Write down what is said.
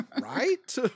right